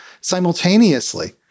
simultaneously